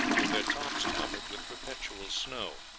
with their tops covered with perpetual snow.